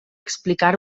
explicar